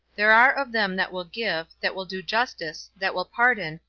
there are of them that will give, that will do justice, that will pardon,